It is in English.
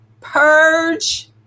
purge